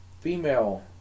female